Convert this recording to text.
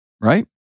Right